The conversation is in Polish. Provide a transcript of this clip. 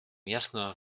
jasno